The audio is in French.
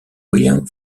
william